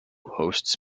hosts